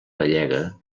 gallega